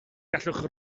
gallwch